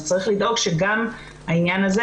אז צריך לדאוג גם לעניין הזה,